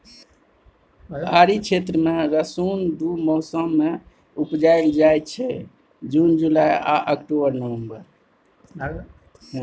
पहाड़ी क्षेत्र मे रसुन दु मौसम मे उपजाएल जाइ छै जुन जुलाई आ अक्टूबर नवंबर